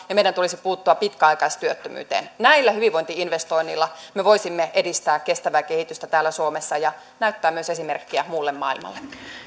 ja meidän tulisi puuttua pitkäaikaistyöttömyyteen näillä hyvinvointi investoinneilla me voisimme edistää kestävää kehitystä täällä suomessa ja näyttää myös esimerkkiä muulle maailmalle